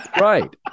right